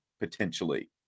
potentially